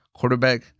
quarterback